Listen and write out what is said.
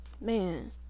Man